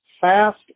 fast